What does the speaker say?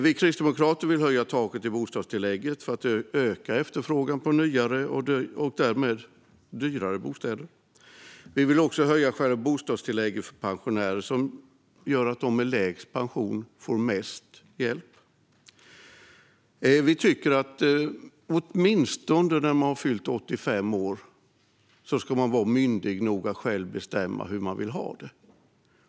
Vi kristdemokrater vill höja taket i bostadstillägget för att öka efterfrågan på nyare och därmed dyrare bostäder. Vi vill också höja själva bostadstillägget för pensionärer så att de med lägst pension får mest hjälp. Vi tycker att man när man har fyllt 85 år åtminstone ska vara myndig nog att själv bestämma hur man vill ha det.